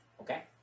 Okay